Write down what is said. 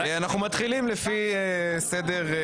אנחנו מתחילים לפי סדר-היום.